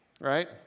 right